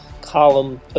column